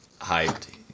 hyped